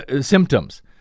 symptoms